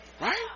Right